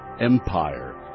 Empire